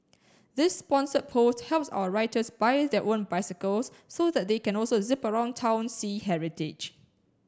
this sponsored post helps our writers buy their own bicycles so that they can also zip around town see heritage